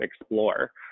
explore